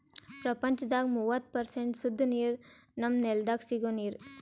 ಪ್ರಪಂಚದಾಗ್ ಮೂವತ್ತು ಪರ್ಸೆಂಟ್ ಸುದ್ದ ನೀರ್ ನಮ್ಮ್ ನೆಲ್ದಾಗ ಸಿಗೋ ನೀರ್